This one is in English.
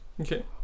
Okay